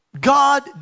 God